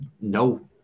no